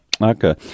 Okay